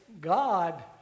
God